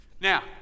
Now